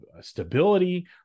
stability